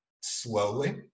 slowly